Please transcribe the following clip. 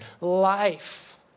life